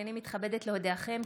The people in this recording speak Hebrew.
הינני מתכבדת להודיעכם,